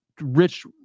rich